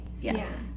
Yes